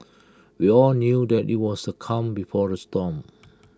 we all knew that IT was the calm before the storm